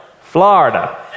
Florida